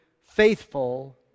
faithful